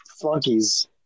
flunkies